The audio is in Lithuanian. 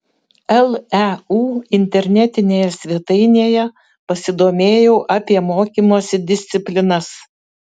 leu internetinėje svetainėje pasidomėjau apie mokymosi disciplinas